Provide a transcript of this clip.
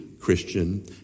Christian